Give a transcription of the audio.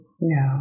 No